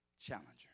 Challenger